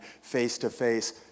face-to-face